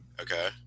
okay